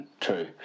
true